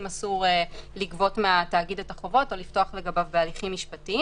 אסור לגבות מן התאגיד את החובות או לפתוח לגביו בהליכים משפטיים.